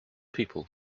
people